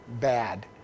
bad